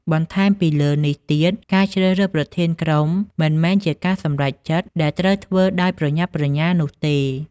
បន្ថែមពីលើនេះទៀត ការជ្រើសរើសប្រធានក្រុមមិនមែនជាការសម្រេចចិត្តដែលត្រូវធ្វើដោយប្រញាប់ប្រញាល់នោះទេ។